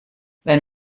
wenn